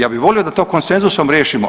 Ja bih volio da konsenzusom riješimo.